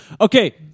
Okay